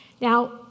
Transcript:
Now